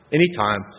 anytime